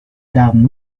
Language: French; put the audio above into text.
d’armes